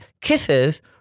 kisses